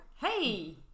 Hey